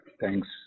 Thanks